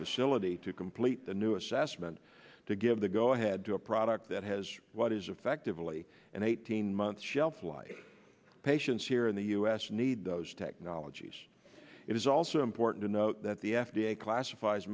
facility to complete the new assessment to give the go ahead to a product that has what is effectively an eighteen month shelf life patients here in the us need those technologies it is also important to note that the f d a classifies